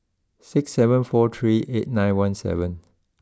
six seven four three eight nine one seven